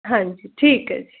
ਹਾਂਜੀ ਠੀਕ ਹੈ ਜੀ